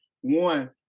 One